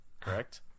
correct